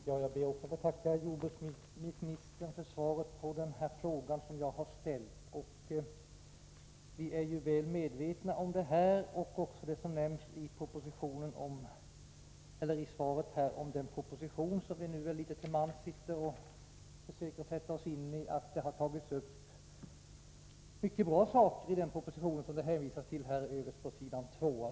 Herr talman! Jag ber att få tacka jordbruksministern för svaret på den fråga som jag har ställt. Vi är ju väl medvetna om problemen och även om det som nämns i svaret, nämligen den proposition som vi väl nu litet till mans försöker sätta oss in i. Det har tagits upp mycket bra saker i den propositionen. Jordbruksministern hänvisar till detta överst på s. 2isvaret.